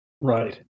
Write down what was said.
right